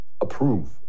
approve